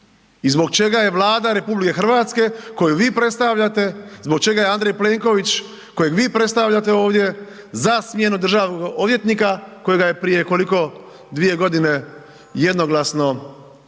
I zbog čega je Vlada RH koju vi predstavljate, zbog čega je Andrej Plenković kojega vi predstavljate ovdje, za smjenu državnog odvjetnika, kojega je, prije koliko, 2 godine jednoglasno znači